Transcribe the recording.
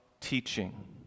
teaching